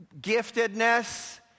giftedness